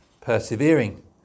persevering